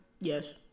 Yes